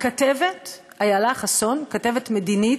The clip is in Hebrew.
הכתבת איילה חסון, כתבת מדינית,